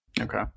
Okay